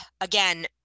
again